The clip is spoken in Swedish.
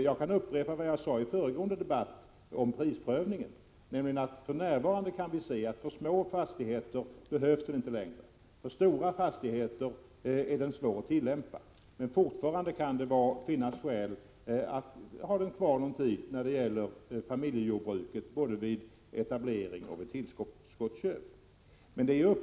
Jag kan upprepa vad jag sade i föregående debatt om prisprövningen, nämligen att vi för närvarande kan se att den inte längre behövs för små fastigheter och att den är svår att tillämpa för stora fastigheter. Men fortfarande kan det finnas skäl att ha den kvar för familjejordbruket, både vid etablering och vid tillskottsköp.